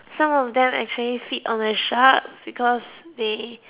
some of them actually feed on the sharks because they